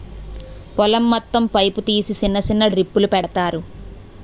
పొలం మొత్తం పైపు తీసి సిన్న సిన్న డ్రిప్పులు పెడతారు